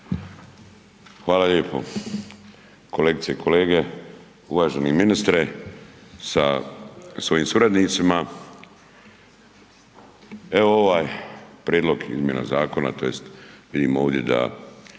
Hvala lijepo. Kolegice i kolege, uvaženi ministre sa svojim suradnicima. Evo ovaj prijedlog izmjena zakona tj. vidim ovdje da